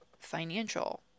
financial